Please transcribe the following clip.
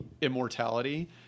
immortality